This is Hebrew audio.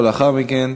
לאחר מכן,